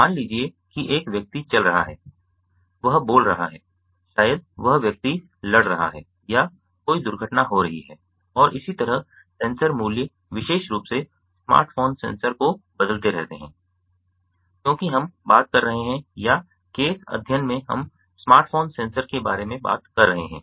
मान लीजिए कि एक व्यक्ति चल रहा है वह बोल रहा है शायद वह व्यक्ति लड़ रहा है या कोई दुर्घटना हो रही है और इसी तरह सेंसर मूल्य विशेष रूप से स्मार्टफोन सेंसर को बदलते रहते हैं क्योंकि हम बात कर रहे हैं या केस अध्ययन में हम स्मार्टफोन सेंसर के बारे में बात कर रहे हैं